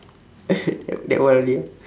that one only ah